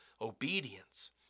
obedience